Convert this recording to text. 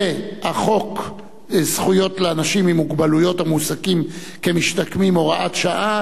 זכויות לאנשים עם מוגבלות המועסקים כמשתקמים (הוראת שעה)